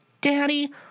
Daddy